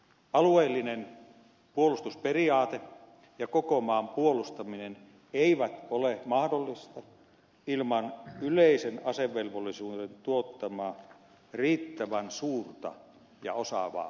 alueellinen puolustusperiaate ja koko maan puolustaminen ei ole mahdollista ilman yleisen asevelvollisuuden tuottamaa riittävän suurta ja osaavaa reserviä